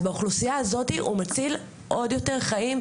אז באוכלוסייה הזאת הוא מציל עוד יותר חיים,